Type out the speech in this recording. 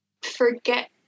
Forget